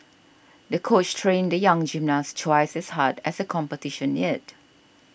the coach trained the young gymnast twice as hard as the competition neared